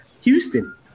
Houston